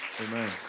Amen